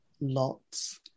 Lots